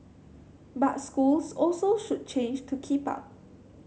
but schools also should change to keep up